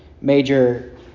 major